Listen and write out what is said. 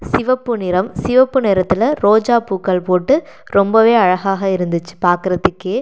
சிவப்பு நிறம் சிவப்பு நிறத்தில் ரோஜாப் பூக்கள் போட்டு ரொம்பவே அழகாக இருந்துச்சு பார்க்கறத்துக்கே